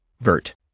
vert